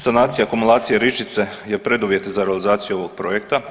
Sanacija akumulacije Ričice je preduvjet za realizaciju ovog projekta.